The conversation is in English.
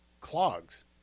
clogs